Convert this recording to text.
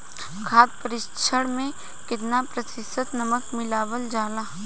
खाद्य परिक्षण में केतना प्रतिशत नमक मिलावल जाला?